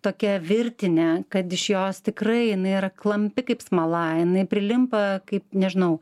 tokia virtine kad iš jos tikrai jinai yra klampi kaip smala jinai prilimpa kaip nežinau